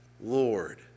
Lord